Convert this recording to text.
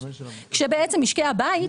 משקי הבית,